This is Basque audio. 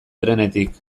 trenetik